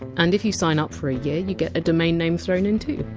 and if you sign up for a year, you get a domain name thrown in too.